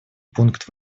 пункт